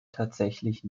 tatsächlich